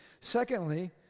Secondly